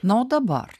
na o dabar